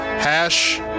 Hash